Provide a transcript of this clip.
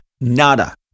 nada